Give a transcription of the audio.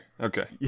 okay